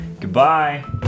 Goodbye